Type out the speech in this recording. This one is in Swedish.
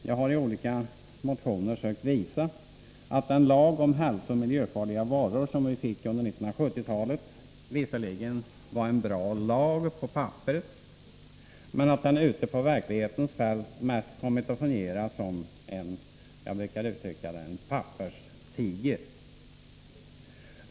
Jag har i olika motioner försökt visa att den lag om hälsooch miljöfarliga varor som vi fick under 1970-talet visserligen var en bra lag på papperet men att den ute på verklighetens fält mest kommit att fungera som en ”papperstiger”.